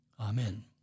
Amen